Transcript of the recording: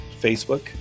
Facebook